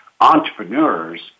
entrepreneurs